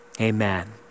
amen